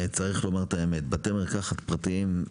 צריך לומר את האמת: בתי המרקחת הפרטיים,